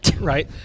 Right